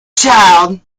child